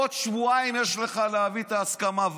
עוד שבועיים יש לך להביא את ההסכמה,